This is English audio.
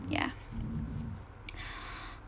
ya